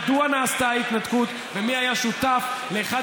מדוע נעשתה ההתנתקות ומי היה שותף לאחד